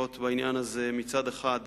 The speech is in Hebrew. בעניין הזה צריך להיות מצד אחד הגון,